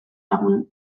lagun